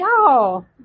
y'all